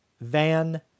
Van